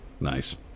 nice